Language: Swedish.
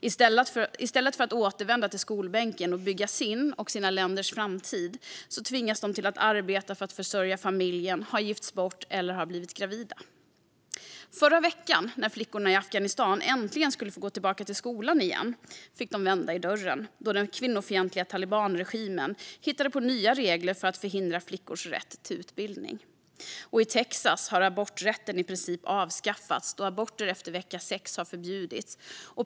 I stället för att återvända till skolbänken och bygga sin och sina länders framtid tvingas de att arbeta för att försörja familjen, gifts bort eller har blivit gravida. Förra veckan när flickorna i Afghanistan äntligen skulle få gå tillbaka till skolan igen fick de vända i dörren då den kvinnofientliga talibanregimen hittat på nya regler för att förhindra flickors rätt till utbildning. I Texas har aborträtten i princip avskaffats då aborter efter vecka 6 har förbjudits.